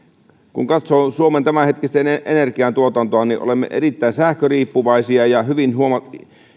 kun katsoo suomen tämänhetkistä energiatuotantoa niin olemme erittäin sähköriippuvaisia